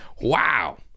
Wow